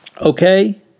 okay